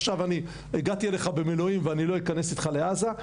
עכשיו אני הגעתי אליך במילואים ואני לא אכנס איתך לעזה?